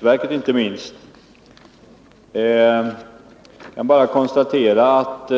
Herr talman! Hadar Cars talar alltid väldigt vackert om den borgerliga majoritetens intresse för konsumenterna, för konsumentskyddet och inte minst för konsumentverket. Jag bara konstaterar att